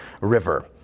River